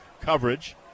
coverage